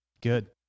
Good